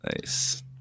Nice